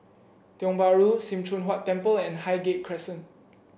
Tiong Bahru Sim Choon Huat Temple and Highgate Crescent